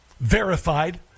verified